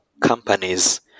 companies